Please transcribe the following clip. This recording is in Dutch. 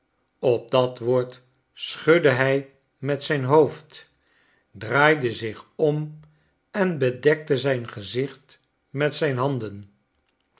op dat woord schudde hi met zijn hoofd draaide zich om en bedekte zijn gezicht met zijn handen